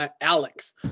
Alex